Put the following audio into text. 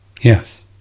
Yes